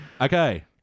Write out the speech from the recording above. Okay